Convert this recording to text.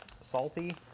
Salty